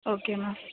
okay ma'am